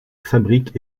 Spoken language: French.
fabrique